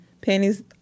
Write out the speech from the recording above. Panties